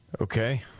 okay